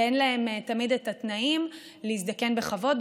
ואין להם תמיד את התנאים להזדקן בכבוד,